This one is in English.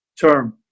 term